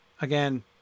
again